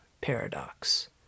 paradox